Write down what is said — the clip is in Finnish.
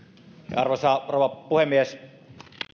arvoisa rouva puhemies